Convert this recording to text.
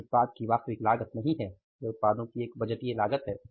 यह उत्पाद की वास्तविक लागत नहीं है यह उत्पादों की एक बजटीय लागत है